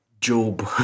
Job